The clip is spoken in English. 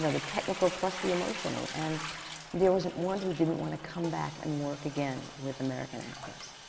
the technical plus the emotional. and there wasn't one who didn't want to come back and work again with american actors.